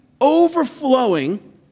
overflowing